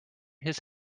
his